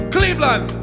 Cleveland